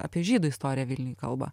apie žydų istoriją vilniuj kalba